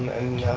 and